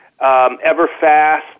Everfast